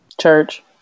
Church